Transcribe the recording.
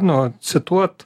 nu cituot